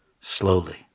Slowly